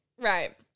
Right